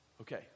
Okay